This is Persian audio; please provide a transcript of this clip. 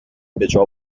بجا